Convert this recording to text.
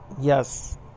yes